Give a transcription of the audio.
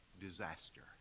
disaster